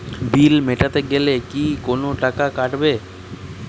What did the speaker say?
বিল মেটাতে গেলে কি কোনো টাকা কাটাবে?